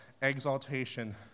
exaltation